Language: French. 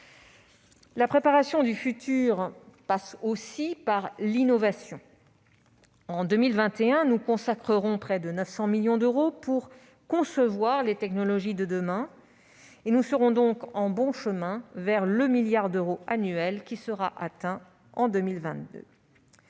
La préparation du futur passe aussi par l'innovation : en 2021, nous consacrerons près de 900 millions d'euros pour concevoir les technologies de demain et nous serons donc en bon chemin vers le milliard d'euros annuel qui sera atteint en 2022.